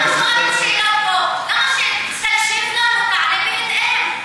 תענה בהתאם.